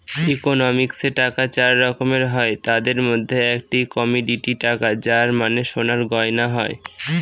ইকোনমিক্সে টাকা চার রকমের হয় তাদের মধ্যে একটি কমোডিটি টাকা যার মানে সোনার গয়না হয়